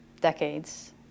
decades